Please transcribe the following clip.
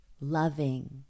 loving